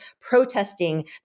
protesting